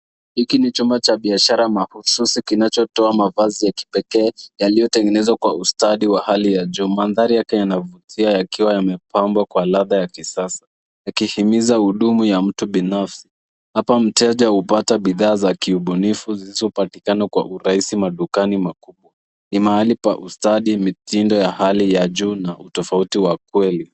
Hiki ni chumba cha biashara mahususi kinachotoa mavazi ya kipekee yaliyotengenezwa kwa ustadhi wa hali juu. Mandhari yake yanavutia yakiwa yamepambwa kwa ladha ya kisasa, yakihimiza huduma ya mtu binafsi. Hapa mteja hupata bidhaa za kiubunifu zisizopatikana kwa urahisi madukani makubwa. Ni mahali pa ustadhi mitindo ya hali ya juu na utofauti wa kweli.